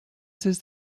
places